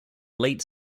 late